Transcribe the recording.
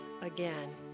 again